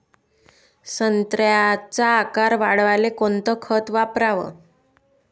संत्र्याचा आकार वाढवाले कोणतं खत वापराव?